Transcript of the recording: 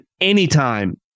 anytime